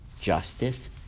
justice